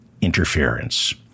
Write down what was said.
interference